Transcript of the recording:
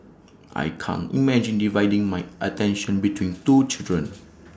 I can't imagine dividing my attention between two children